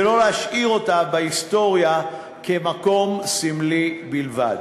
ולא להשאיר אותה בהיסטוריה כמקום סמלי בלבד.